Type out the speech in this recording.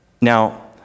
Now